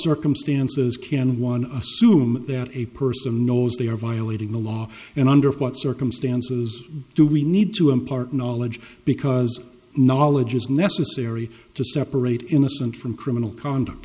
circumstances can one assume that a person knows they are violating the law and under what circumstances do we need to impart knowledge because knowledge is necessary to separate innocent from criminal conduct